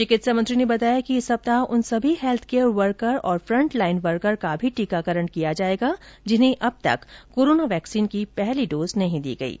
चिकित्सा मंत्री ने बताया कि इस सप्ताह उन सभी हैत्थ केयर वर्कर और फ्रंट लाइन वर्कर का भी टीकाकरण किया जाएगा जिन्हें अब तक कोरोना वैक्सीन की पहली डोज नहीं दी गई है